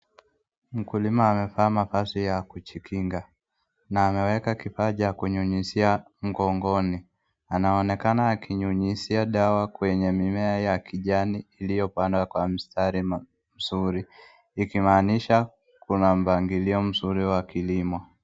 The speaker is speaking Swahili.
Mkulima amevaa mavazi ya kujikinga na ameweka kifaa cha kunyunyizia mgongoni, anaonekana akinyunyizia dawa kwenye mimea ya kijani iliyopandwa kwa mstari mzuri, ikimaanisha kuna mpangilio mzuri wa kilimo.